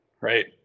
right